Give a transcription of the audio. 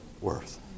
worth